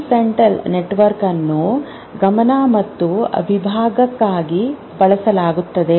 prefrontal network ಅನ್ನು ಗಮನ ಮತ್ತು ವಿಭಾಗಕ್ಕಾಗಿ ಬಳಸಲಾಗುತ್ತದೆ